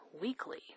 weekly